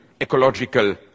ecological